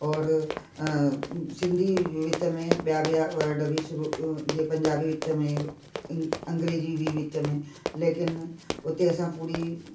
और सिंधी विच में ॿिया ॿिया वड बि शुरू जीअं पंजाबी विच में अंग्रेजी बि विच में लेकिन उते असां पूरी